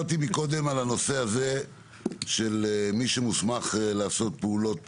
הזה של מי שמוסמך לעשות פעולות